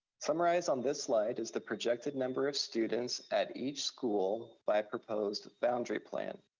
summarized on this slide is the projected number of students at each school by proposed boundary plan.